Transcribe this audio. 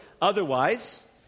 otherwise